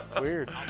Weird